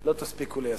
לא תספיקו ליישם.